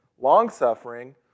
long-suffering